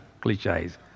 cliches